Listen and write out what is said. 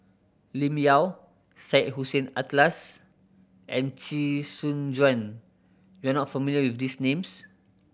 Lim Yau Syed Hussein Alatas and Chee Soon Juan you are not familiar with these names